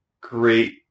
great